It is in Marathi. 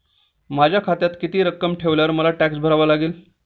मी माझ्या खात्यात किती रक्कम ठेवल्यावर मला टॅक्स भरावा लागेल?